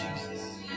Jesus